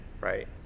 Right